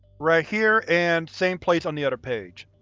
right here, and same place on the other page.